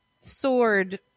sword